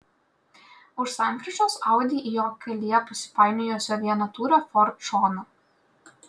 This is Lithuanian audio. už sankryžos audi į jo kelyje pasipainiojusio vienatūrio ford šoną